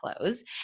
close